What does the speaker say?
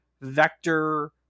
vector